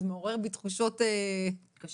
זה מעורר בי תחושות קשות